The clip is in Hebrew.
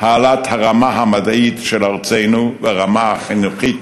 העלאת הרמה המדעית של ארצנו והרמה החינוכית